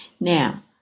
Now